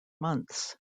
months